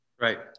right